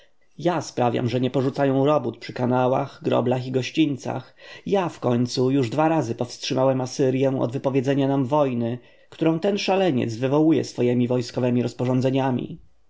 ja sprawiam że nie porzucają robót przy kanałach groblach i gościńcach ja wkońcu już dwa razy powstrzymałem asyrję od wypowiedzenia nam wojny którą ten szaleniec wywołuje swojemi wojskowemi rozporządzeniami